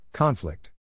Conflict